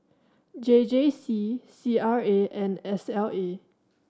J J C C R A and S L A